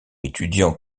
étudiants